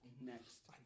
next